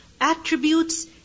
Attributes